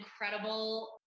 incredible